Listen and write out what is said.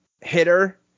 hitter